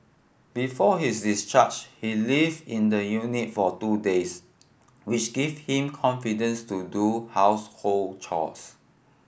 before his discharge he lived in the unit for two days which gave him confidence to do household chores